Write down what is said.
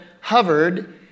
hovered